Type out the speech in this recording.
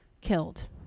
killed